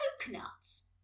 coconuts